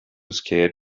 scared